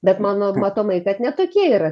bet mano matomai kad ne tokie yra